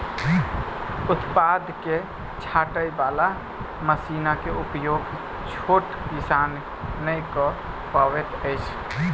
उत्पाद के छाँटय बाला मशीनक उपयोग छोट किसान नै कअ पबैत अछि